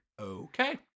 Okay